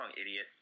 idiot